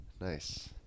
Nice